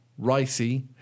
Ricey